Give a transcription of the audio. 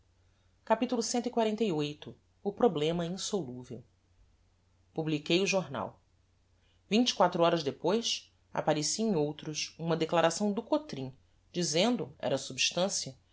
capitulo cxlviii o problema insoluvel publiquei o jornal vinte e quatro horas depois apparecia em outros uma declaração do cotrim dizendo era substancia